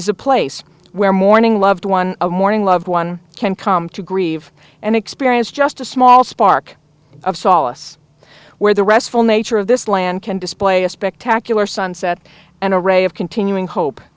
is a place where mourning loved one morning loved one can come to grieve and experience just a small spark of solace where the restful nature of this land can display a spectacular sunset and a ray of continuing hope